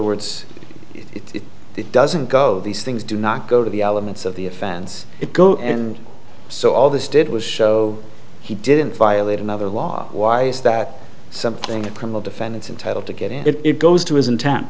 words it doesn't go these things do not go to the elements of the offense it go and so all this did was show he didn't violate another law why is that something that criminal defendants entitled to get in it goes to his intent